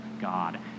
God